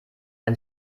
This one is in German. ein